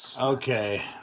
Okay